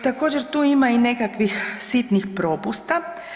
Također tu ima i nekakvih sitnih propusta.